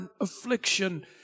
affliction